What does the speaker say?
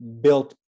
built